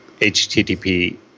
HTTP